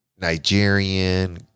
Nigerian